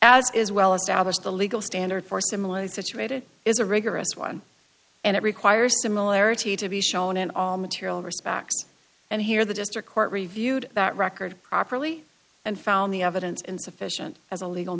as is well established the legal standard for similarly situated is a rigorous one and it requires similarity to be shown in all material respects and here the district court reviewed that record properly and found the evidence insufficient as a legal